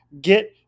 get